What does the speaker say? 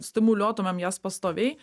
stimuliuotumėn jas pastoviai